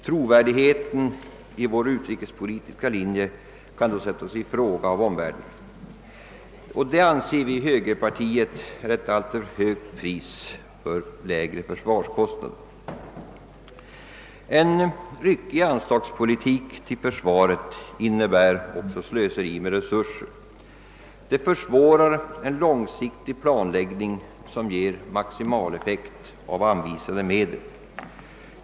Trovärdigheten i vår utrikespolitiska linje kan då sättas i fråga av omvärlden. Detta anser vi i högerpartiet vara ett alltför högt pris för lägre försvarskostnader. En ryckig anslagspolitik för försvaret innebär också slöseri med resurser och försvårar en sådan långsiktig planläggning som ger maximal effekt av anvisade medel.